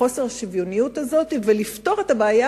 להכיר בחוסר השוויוניות הזה ולפתור את הבעיה,